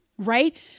Right